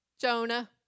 Jonah